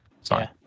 Sorry